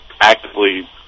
actively